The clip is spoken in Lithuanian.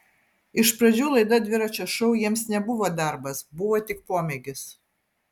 iš pradžių laida dviračio šou jiems nebuvo darbas buvo tik pomėgis